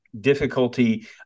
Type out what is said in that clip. difficulty